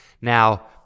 Now